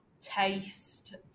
taste